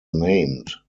named